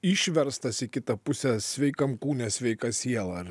išverstas į kitą pusę sveikam kūne sveika siela ar